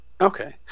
Okay